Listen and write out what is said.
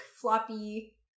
floppy